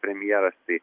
premjeras tai